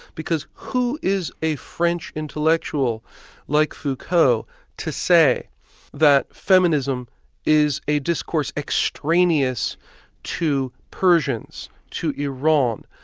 because who is a french intellectual like foucault to say that feminism is a discourse extraneous to persians, to iran?